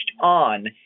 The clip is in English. on